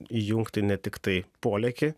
įjungti ne tiktai polėkį